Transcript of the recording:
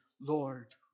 Lord